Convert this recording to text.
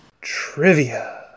Trivia